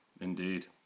Indeed